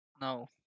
No